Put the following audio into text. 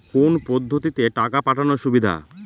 কোন পদ্ধতিতে টাকা পাঠানো সুবিধা?